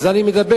על זה אני מדבר.